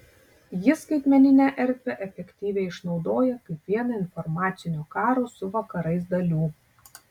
ji skaitmeninę erdvę efektyviai išnaudoja kaip vieną informacinio karo su vakarais dalių